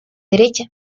derecha